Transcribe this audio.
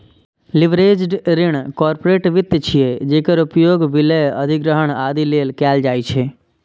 leveraged ऋण corporate वित्त छियै, जेकर उपयोग विलय, अधिग्रहण, आदि लेल कैल जाइ छै